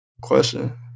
question